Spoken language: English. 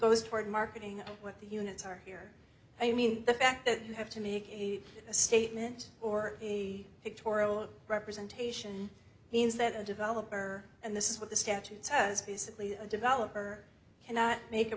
goes toward marketing what the units are here i mean the fact that you have to make a statement or a pictorial representation means that the developer and this is what the statute says basically a developer cannot make a